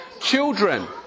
Children